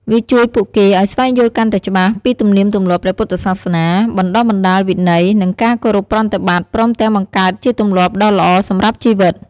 វាជួយពួកគេឱ្យស្វែងយល់កាន់តែច្បាស់ពីទំនៀមទម្លាប់ព្រះពុទ្ធសាសនា បណ្ដុះបណ្ដាលវិន័យ និងការគោរពប្រតិបត្តិ ព្រមទាំងបង្កើតជាទម្លាប់ដ៏ល្អសម្រាប់ជីវិត។